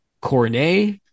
Cornet